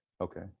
Okay